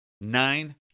Nine